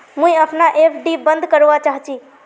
मुई अपना एफ.डी बंद करवा चहची